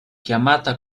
chiamata